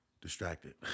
distracted